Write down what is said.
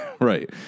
Right